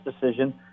decision